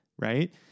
Right